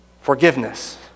forgiveness